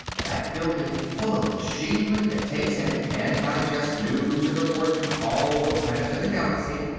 that building full of machinery that takes in and digests news and reports from all the planets in the galaxy,